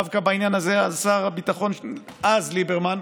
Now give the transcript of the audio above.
דווקא בעניין הזה שר הביטחון אז, ליברמן,